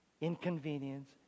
inconvenience